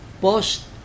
post